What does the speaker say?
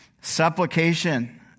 Supplication